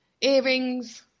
Earrings